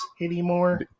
anymore